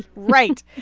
right.